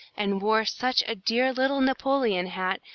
and wore such a dear little napoleon hat,